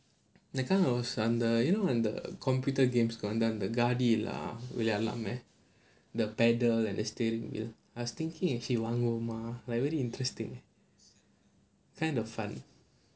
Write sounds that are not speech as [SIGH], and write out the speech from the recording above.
that kind of under you know under computer games [LAUGHS] paddle and steering wheel I was thinking விளையாடலாமா:vilaiyaadalaamaa like very interesting eh kind of fun